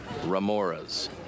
Ramoras